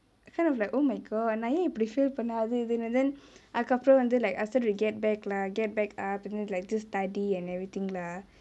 kind of like oh my god நா ஏன் இப்டி:naa yen ipdi fail பண்னேஅது இதுனு:pannae athu ithunu and then அதுக்கு அப்ரோ வந்து:athuku apro vanthu like I started to get back lah get back up and then like just study and everything lah